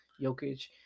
Jokic